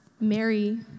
Mary